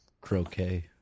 croquet